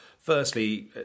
firstly